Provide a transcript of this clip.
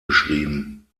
beschrieben